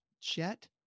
chet